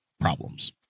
problems